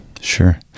Sure